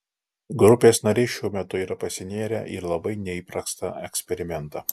grupės nariai šiuo metu yra pasinėrę į labai neįprastą eksperimentą